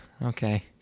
Okay